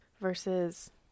versus